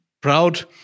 proud